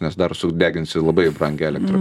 nes dar sudeginsi labai brangią elektrą